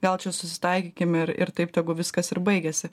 gal čia susitaikykim ir ir taip tegu viskas ir baigiasi